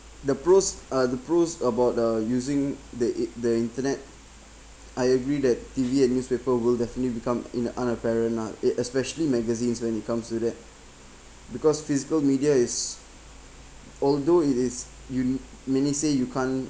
the pros uh the pros about the using the in~ the internet I agree that T_V and newspaper will definitely become in unapparent lah it especially magazines when it comes to that because physical media is although it is uni~ many say you can't